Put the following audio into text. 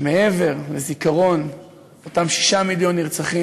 שמעבר לזיכרון אותם 6 מיליון נרצחים,